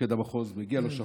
מפקד המחוז, מגיע שאפו.